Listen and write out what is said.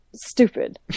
Stupid